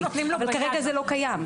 אבל כרגע זה לא קיים.